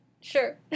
Sure